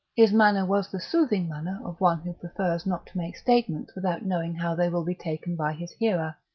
his manner was the soothing manner of one who prefers not to make statements without knowing how they will be taken by his hearer.